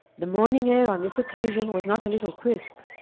the morning air on this occasion was not a little crisp.